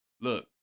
Look